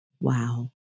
Wow